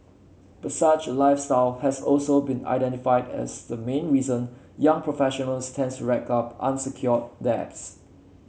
but such a lifestyle has also been identified as the main reason young professionals tends rack up unsecured debts